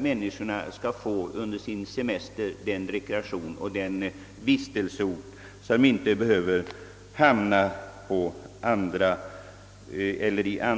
Människorna skall under sin semester ha tillfälle att inom landet få den rekreation de önskar. De skall inte vara